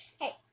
Hey